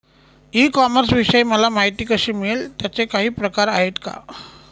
E कॉमर्सविषयी मला माहिती कशी मिळेल? त्याचे काही प्रकार आहेत का?